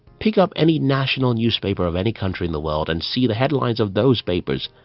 pick up any national newspaper of any country in the world and see the headlines of those papers.